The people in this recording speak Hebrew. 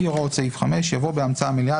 לפי הוראות סעיף 5" יבוא "בהמצאה מלאה,